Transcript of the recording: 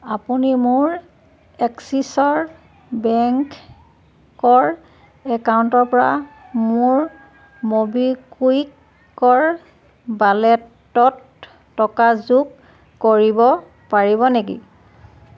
আপুনি মোৰ এক্সিছৰ বেংকৰ একাউণ্টৰ পৰা মোৰ ম'বিকুইকৰ ৱালেটত টকা যোগ কৰিব পাৰিব নেকি